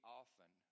often